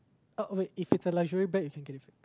oh wait if it's a luxury bag you can get it fixed